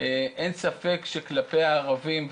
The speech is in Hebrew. אין ספק שכלפי הערבים,